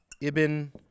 Ibn